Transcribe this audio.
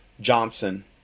johnson